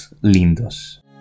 lindos